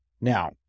Now